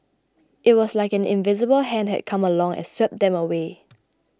it was like an invisible hand had come along and swept them away